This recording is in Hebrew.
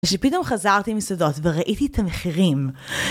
כשפתאום חזרתי למסעדות וראיתי את המחירים